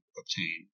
obtain